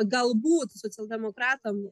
galbūt socialdemokratam